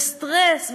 וסטרס,